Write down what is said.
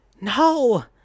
No